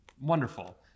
wonderful